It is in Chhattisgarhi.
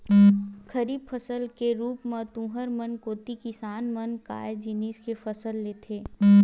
खरीफ फसल के रुप म तुँहर मन कोती किसान मन ह काय जिनिस के फसल लेथे?